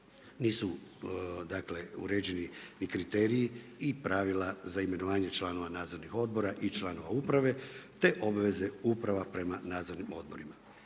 Nisu uređeni ni kriteriji i pravila za imenovanje članova nadzornih odbora i članova uprave te obveze uprave prema nadzornim odborima.